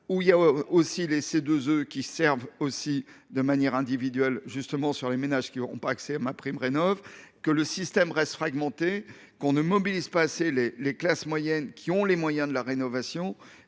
englobant aussi les C2E, qui servent de manière individuelle aux ménages qui n’ont pas accès à MaPrimeRénov’. Le système reste fragmenté et l’on ne mobilise pas assez les classes moyennes qui ont les moyens de la rénovation.